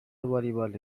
والیبال